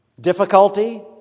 difficulty